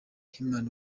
heman